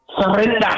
Surrender